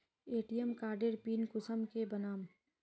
ATM कार्डेर PIN कुंसम के बनाम?